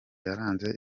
yaranze